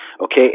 Okay